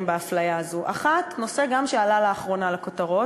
בהם בהפליה הזאת: 1. נושא שגם עלה לאחרונה לכותרות,